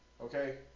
Okay